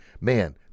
Man